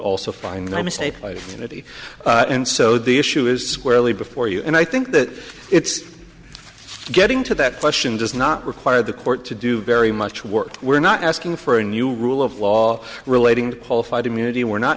id and so the issue is squarely before you and i think that it's getting to that question does not require the court to do very much work we're not asking for a new rule of law relating to qualified immunity we're not